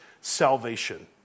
salvation